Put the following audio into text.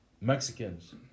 Mexicans